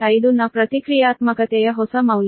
5ನ ಪ್ರತಿಕ್ರಿಯಾತ್ಮಕತೆಯ ಹೊಸ ಮೌಲ್ಯ